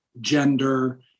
gender